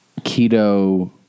keto